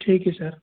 ठीक है सर